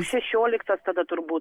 šešioliktas tada turbūt